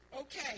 Okay